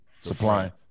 Supplying